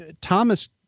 Thomas